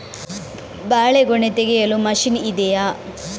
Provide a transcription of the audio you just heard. ಬಾಳೆಗೊನೆ ತೆಗೆಯಲು ಮಷೀನ್ ಇದೆಯಾ?